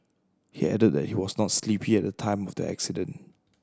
he added that he was not sleepy at the time of the accident